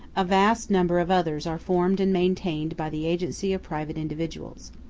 a vast number of others are formed and maintained by the agency of private individuals.